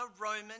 Roman